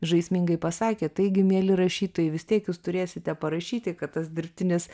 žaismingai pasakė taigi mieli rašytojai vis tiek jūs turėsite parašyti kad tas dirbtinis